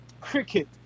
Cricket